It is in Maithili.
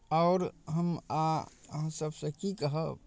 आओर हम आब अहाँ सभसँ की कहब